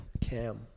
Cam